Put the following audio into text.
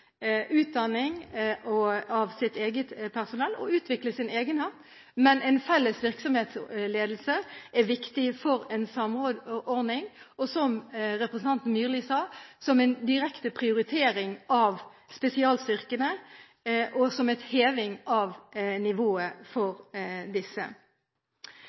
utdanning av sitt eget personell og utvikle sin egenart, men en felles virksomhetsledelse er viktig for en samordning og – som representanten Myrli sa – som en direkte prioritering av spesialstyrkene og som en heving av nivået for disse.